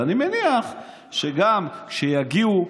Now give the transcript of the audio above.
אני מניח שגם כשיגיעו,